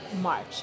March